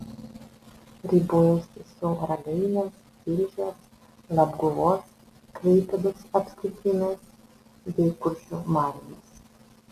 ribojosi su ragainės tilžės labguvos klaipėdos apskritimis bei kuršių mariomis